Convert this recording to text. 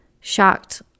Shocked